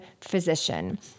physician